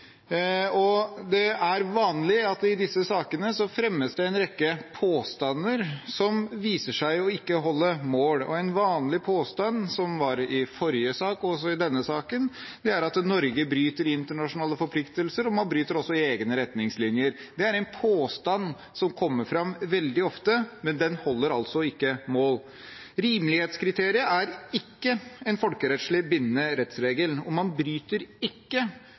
forslaget. Det er vanlig at det i disse sakene fremmes en rekke påstander som viser seg å ikke holde mål. En vanlig påstand som var i forrige sak og også er i denne saken, er at Norge bryter internasjonale forpliktelser, og at man også bryter egne retningslinjer. Det er en påstand som kommer fram veldig ofte, men den holder altså ikke mål. Rimelighetskriteriet er ikke en folkerettslig bindende rettsregel, og man bryter ikke